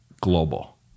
global